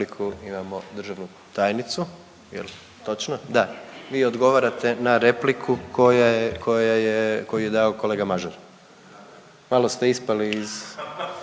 imamo državnu tajnicu, je li točno? Da. Vi odgovarate na repliku koja je, koju je dao kolega Mažar. Malo ste ispali iz